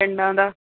ਪਿੰਡਾਂ ਦਾ